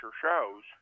shows